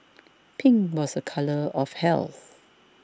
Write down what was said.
pink was a colour of health